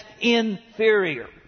inferior